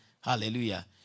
Hallelujah